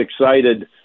excited